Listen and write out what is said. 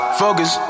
focus